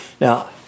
Now